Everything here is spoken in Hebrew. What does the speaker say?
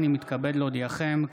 אין מתנגדים, אין נמנעים.